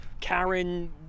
Karen